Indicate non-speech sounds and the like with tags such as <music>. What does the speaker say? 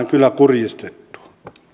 <unintelligible> kyllä kurjistettua